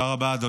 זהו, תודה רבה.